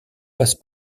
passe